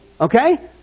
Okay